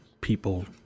people